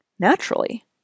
Naturally